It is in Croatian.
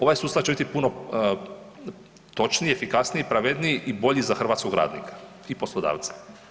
Ovaj sustav će biti puno točniji, efikasniji, pravedniji i bolji za hrvatskog radnika i poslodavca.